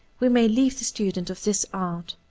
we may leave the student of this art.